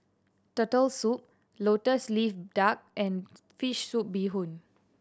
Turtle Soup Lotus Leaf Duck and fish soup bee hoon